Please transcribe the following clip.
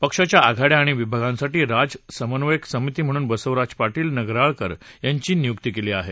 पक्षाच्या आघाड्या आणि विभागांसाठी राज्य समन्वयक म्हणून बसवराज पाटील नगराळकर यांची नियुक्ती झाली आहे